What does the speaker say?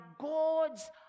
god's